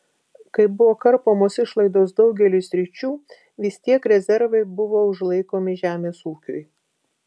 kai buvo karpomos išlaidos daugeliui sričių vis tiek rezervai buvo užlaikomi žemės ūkiui